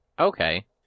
Okay